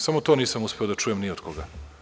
Samo to nisam uspeo da čujem ni od koga.